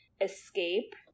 escape